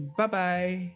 bye-bye